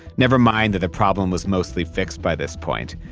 never mind that the problem was mostly fixed by this point.